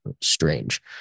strange